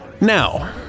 Now